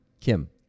Kim